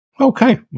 Okay